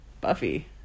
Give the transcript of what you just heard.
Buffy